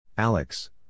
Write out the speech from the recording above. Alex